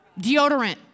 Deodorant